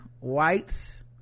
whites